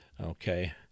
Okay